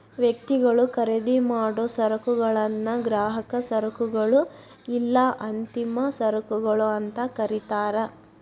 ವ್ಯಕ್ತಿಗಳು ಖರೇದಿಮಾಡೊ ಸರಕುಗಳನ್ನ ಗ್ರಾಹಕ ಸರಕುಗಳು ಇಲ್ಲಾ ಅಂತಿಮ ಸರಕುಗಳು ಅಂತ ಕರಿತಾರ